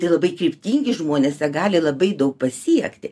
tai labai kryptingi žmonės jie gali labai daug pasiekti